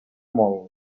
molt